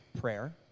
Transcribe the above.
prayer